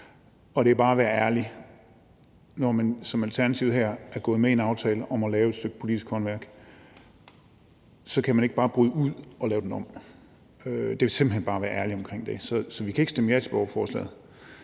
og det er bare at være ærlig: Når man som Alternativet her er gået med i en aftale om at lave et stykke politisk håndværk, så kan man ikke bare bryde ud og lave den om. Det vil vi simpelt hen bare være ærlige omkring. Så vi kan ikke stemme ja til borgerforslaget,